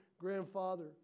Grandfather